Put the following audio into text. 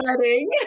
wedding